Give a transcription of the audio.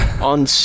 on